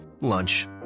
Lunch